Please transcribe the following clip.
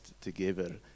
together